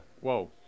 Whoa